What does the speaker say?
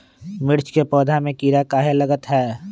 मिर्च के पौधा में किरा कहे लगतहै?